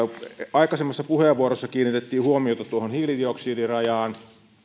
aikaisemmassa puheenvuorossa kiinnitettiin huomiota hiilidioksidirajaan